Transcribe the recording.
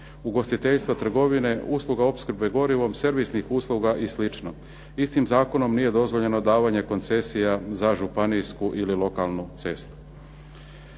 ugostiteljstva, trgovine, usluga opskrbe gorivom, servisnim usluga i slično. Istim zakonom nije dozvoljeno davanje koncesija za županijsku ili lokalnu cestu.